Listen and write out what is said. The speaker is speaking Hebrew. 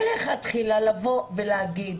מלכתחילה צריך לבוא ולהגיד